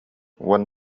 уон